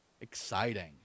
exciting